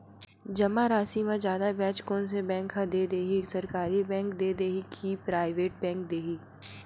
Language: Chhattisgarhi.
जमा राशि म जादा ब्याज कोन से बैंक ह दे ही, सरकारी बैंक दे हि कि प्राइवेट बैंक देहि?